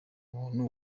umuntu